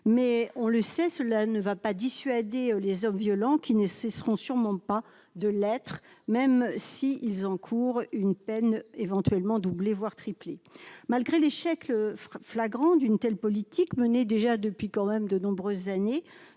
mais on le sait, cela ne va pas dissuader les hommes violents qui ne cesseront sûrement pas de l'être, même si ils encourent une peine éventuellement doubler voire tripler, malgré l'échec le flagrant d'une telle politique menée déjà depuis quand même de nombreuses années,